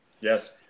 Yes